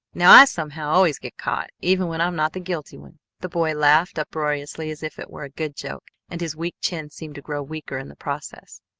now i, somehow, always get caught, even when i'm not the guilty one. the boy laughed unroariously as if it were a good joke, and his weak chin seemed to grow weaker in the process.